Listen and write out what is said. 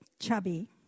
chubby